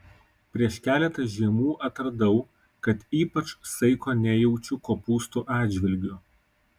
prieš keletą žiemų atradau kad ypač saiko nejaučiu kopūstų atžvilgiu